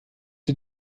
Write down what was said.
sie